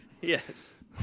Yes